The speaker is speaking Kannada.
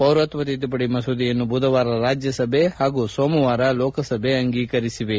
ಪೌರತ್ವ ತಿದ್ದುಪಡಿ ಮಸೂದೆಯನ್ನು ಬುಧವಾರ ರಾಜ್ಯಸಭೆ ಹಾಗೂ ಸೋಮವಾರ ಲೋಕಸಭೆ ಅಂಗೀಕರಿಸಿವೆ